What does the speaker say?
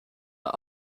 een